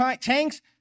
tanks